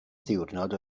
ddiwrnod